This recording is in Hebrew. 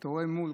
ואתה רואה מול,